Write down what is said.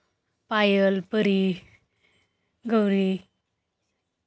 Payal Pari Gauri